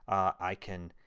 i can